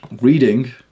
reading